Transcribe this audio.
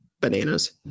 bananas